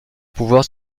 pouvoirs